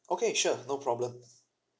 okay sure no problems